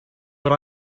but